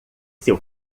seu